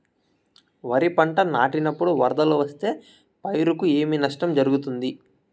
వరిపంట నాటినపుడు వరదలు వస్తే పైరుకు ఏమి నష్టం జరుగుతుంది?